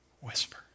whisper